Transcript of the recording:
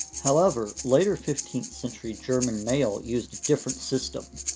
however, later fifteenth century german maille used a different system.